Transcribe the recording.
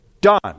done